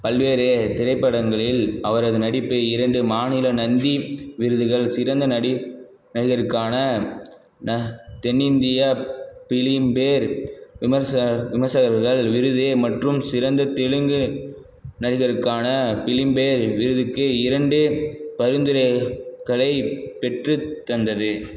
பல்வேறு திரைப்படங்களில் அவரது நடிப்பு இரண்டு மாநில நந்தி விருதுகள் சிறந்த நடிகர் நடிகருக்கான தென்னிந்திய பிலிம்பேர் விமர்சக விமர்சகர்கள் விருது மற்றும் சிறந்த தெலுங்கு நடிகருக்கான பிலிம்பேர் விருதுக்கு இரண்டு பரிந்துரைகளைப் பெற்றுத்தந்தது